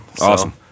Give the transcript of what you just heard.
Awesome